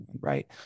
right